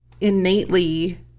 innately